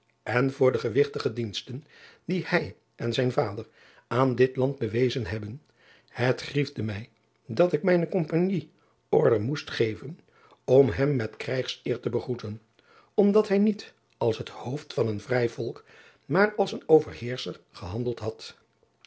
en voor de gewigtige diensten die hij en zijn vader aan dit land bewezen hebben het griefde mij dat ik mijne ompagnie order moest geven om hem met krijgseer te begroeten omdat hij niet als het hoofd van een vrij volk maar als een overheerscher gehandeld had